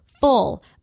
full